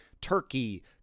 Turkey